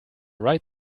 right